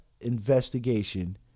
investigation